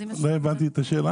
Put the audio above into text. לא הבנתי את השאלה.